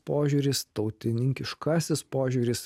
požiūris tautininkiškasis požiūris